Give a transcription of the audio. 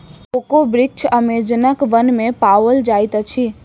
cocoa वृक्ष अमेज़नक वन में पाओल जाइत अछि